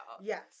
Yes